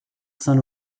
saint